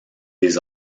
des